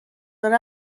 داره